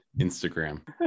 instagram